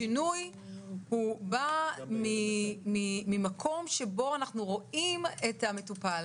השינוי בא ממקום שבו אנחנו רואים את המטופל